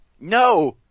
No